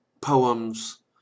poems